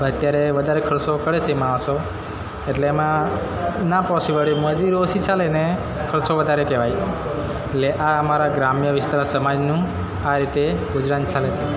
પણ અત્યારે વધારે ખર્ચો કરે છે માણસો એટલે એમાં ના પહોંચી વળે મજૂરી ઓછી ચાલે ને ખર્ચો વધારે કહેવાય એટલે આ અમારા ગ્રામ્ય વિસ્તાર સમાજનું આ રીતે ગુજરાન ચાલે છે